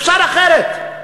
אפשר אחרת.